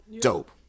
Dope